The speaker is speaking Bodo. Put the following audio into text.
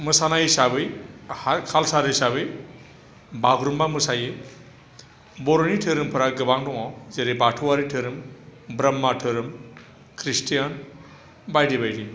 मोसानाय हिसाबै काल्सार हिसाबै बगुरुम्बा मोसायो बर'नि धोरोमफोरा गोबां दङ जेरै बाथौआरि धोरोम ब्रह्म धोरोम ख्रिस्टियान बायदि बायदि